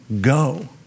go